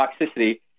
toxicity